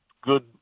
good